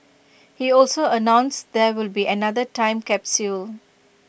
he also announced there will be another time capsule